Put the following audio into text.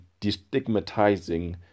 destigmatizing